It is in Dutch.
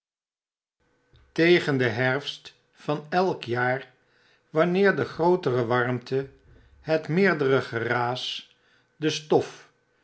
tegen den herfst van elk jaar wanneer de grootere warmte het meerdere geraas destof de straatbesproeiing